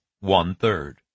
one-third